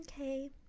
okay